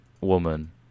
woman